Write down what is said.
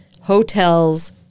Hotel's